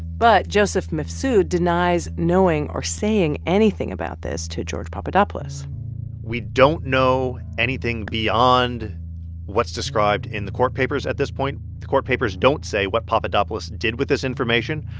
but joseph mifsud denies knowing or saying anything about this to george papadopoulos we don't know anything beyond what's described in the court papers at this point. the court papers don't say what papadopoulos did with this information,